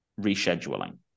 rescheduling